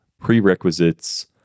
prerequisites